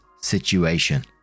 situation